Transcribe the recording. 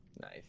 Nice